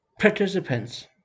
participants